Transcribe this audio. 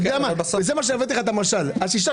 זה המשל שאמרתי לך לגבי שש השקלים.